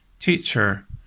Teacher